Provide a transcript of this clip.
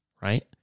right